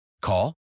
Call